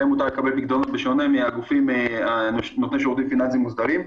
בשונה מהגופים נותני שירותים פיננסיים מוגבלים,